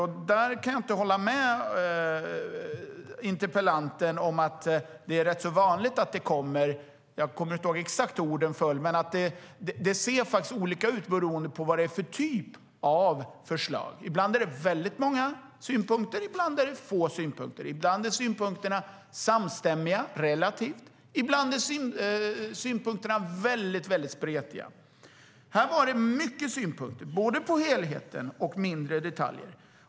Jag kan inte hålla med interpellanten om att det är rätt så vanligt att det kommer så många. Jag kommer inte exakt ihåg hur orden föll, men det ser faktiskt olika ut beroende på vad det är för typ av förslag. Ibland är det väldigt många synpunkter. Ibland är det få synpunkter. Ibland är synpunkterna relativt samstämmiga. Ibland är synpunkterna väldigt spretiga. Här var det mycket synpunkter, både på helheten och i mindre detaljer.